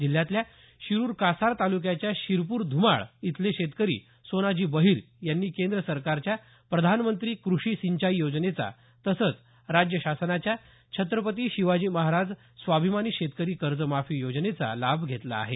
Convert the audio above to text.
जिल्ह्यातल्या शिरुर कासार तालुक्याच्या शिरपूर ध्रमाळ इथले शेतकरी सोनाजी बहिर यांनी केंद्र सरकारच्या प्रधानमंत्री कृषी सिंचाई योजनेचा तसंच राज्य शासनाच्या छत्रपती शिवाजी महाराज स्वाभिमानी शेतकरी कर्ज माफी योजनेचा लाभ घेतला आहे